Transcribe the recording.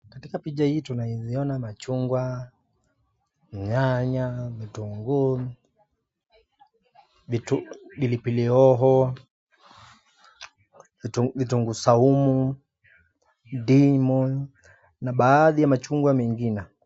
Katika picha hii tunaziona machungwa, nyanya, vitungu,,pilipili hoho, vitungu saumu, ndimu na baadhi ya machungwa mengine.